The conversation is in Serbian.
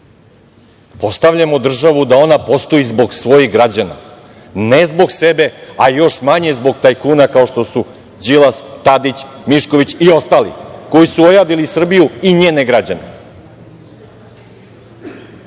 građana? Postavljamo državu da ona postoji zbog svojih građana, ne zbog sebe, a još manje zbog tajkuna kao što su Đilas, Tadić, Mišković i ostali koji su ojadili Srbiju i njene građane. Zato